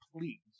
please